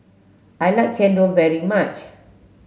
I like Chendol very much